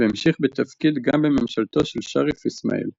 והמשיך בתפקיד גם בממשלתו של שריף איסמאעיל.